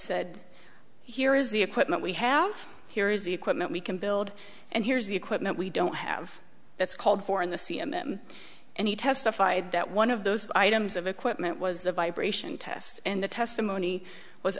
said here is the equipment we have here is the equipment we can build and here's the equipment we don't have that's called for in the c m m and he testified that one of those items of equipment was a vibration test and the testimony was